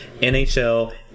nhl